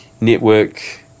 network